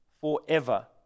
forever